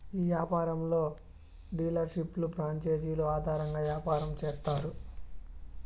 ఈ యాపారంలో డీలర్షిప్లు ప్రాంచేజీలు ఆధారంగా యాపారం చేత్తారు